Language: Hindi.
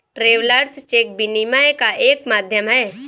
ट्रैवेलर्स चेक विनिमय का एक माध्यम है